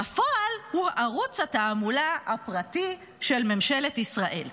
בפועל הוא ערוץ התעמולה הפרטי של ממשל ישראל.